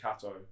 Cato